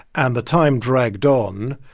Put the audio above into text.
and the time dragged on.